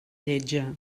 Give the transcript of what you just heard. lletja